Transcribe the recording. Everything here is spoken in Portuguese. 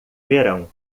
verão